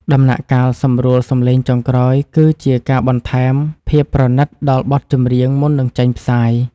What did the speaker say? ដំណាក់កាលសម្រួលសំឡេងចុងក្រោយគឺជាការបន្ថែមភាពប្រណីតដល់បទចម្រៀងមុននឹងចេញផ្សាយ។